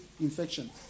infection